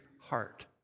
heart